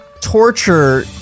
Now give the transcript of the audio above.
torture